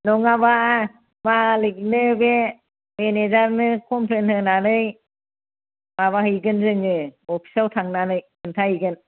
नङाबा मालिगनो बे मेनेजारनो कमप्लेन होनानै माबाहैगोन जोङो अफिसाव थांनानै खोन्थाहैगोन